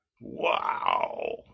Wow